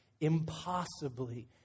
impossibly